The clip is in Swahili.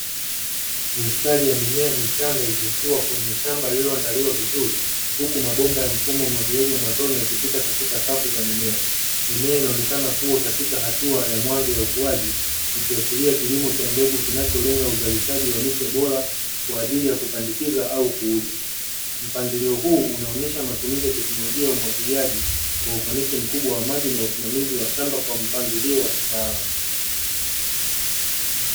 Mistari ya mimea ya michanga ikikua, kwenye shamba lililoandaliwa vizuri, huku mabomba ya mfumo wa umwagiliaji wa matone ukipita katika safu za mimea. Mimea inaonekana kuwa katika hatua ya mwanzo ya ukuaji, ikiashiria kilimo cha mbegu kinacholenga uzalishaji wa miche bora kwa ajili ya kupandikiza au kuuza. Mpangilio huu unaonyesha matumizi ya teknolojia ya umwagiliaji kwa ufanisi mkubwa, wa maji na usimamizi wa shamba kwa mpangilio wa kitaalamu.